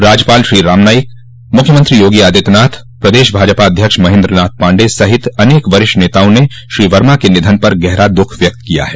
राज्यपाल श्री रामनाईक मुख्यमंत्री योगी आदित्यनाथ प्रदेश भाजपा अध्यक्ष महेन्द्रनाथ पाण्डेय सहित अनेक वरिष्ठ नेताओं ने श्री वर्मा के निधन पर गहरा दूःख व्यक्त किया है